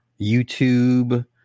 YouTube